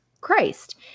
christ